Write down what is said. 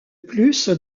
plus